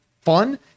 fun